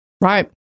Right